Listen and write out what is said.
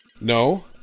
No